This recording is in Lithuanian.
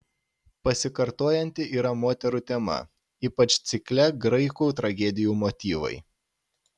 pasikartojanti yra moterų tema ypač cikle graikų tragedijų motyvai